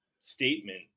statement